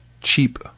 cheap